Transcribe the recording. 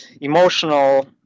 emotional